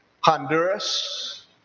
Honduras